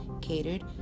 catered